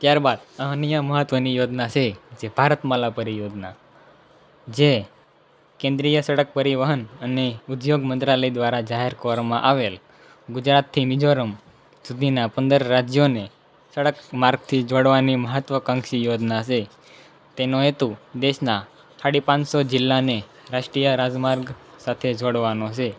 ત્યાર બાદ અન્ય મહત્ત્વની યોજના છે જે ભારતમાલા પરિયોજના જે કેન્દ્રીય સડક પરિવહન અને ઉદ્યોગ મંત્રાલય દ્વારા જાહેર કરવામાં આવેલ ગુજરાતથી મિઝોરમ સુધીના પંદર રાજ્યોને સડક માર્ગથી જોડવાની મહત્ત્વાકાંક્ષી યોજના છે તેનો હેતુ દેશના સાડા પાંચસો જિલ્લાને રાષ્ટ્રીય રાજમાર્ગ સાથે જોડવાનો છે